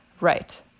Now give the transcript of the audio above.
Right